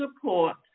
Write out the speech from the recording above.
support